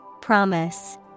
Promise